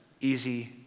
easy